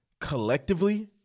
collectively